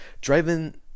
Driving